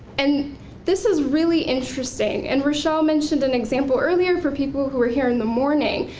and this is really interesting and rochelle mentioned an example earlier for people who were here in the morning,